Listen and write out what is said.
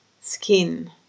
skin